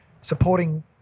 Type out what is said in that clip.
supporting